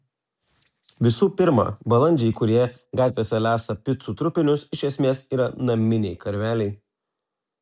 visų pirma balandžiai kurie gatvėse lesa picų trupinius iš esmės yra naminiai karveliai